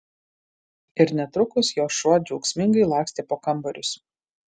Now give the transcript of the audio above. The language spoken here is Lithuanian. ir netrukus jos šuo džiaugsmingai lakstė po kambarius